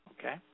Okay